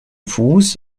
fuß